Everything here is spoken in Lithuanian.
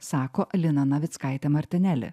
sako lina navickaitė martineli